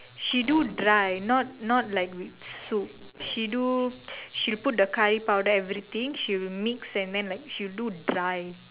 she do dry not not like with soup she do she'll put the curry powder everything she will mix and then like she'll do dry